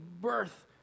birth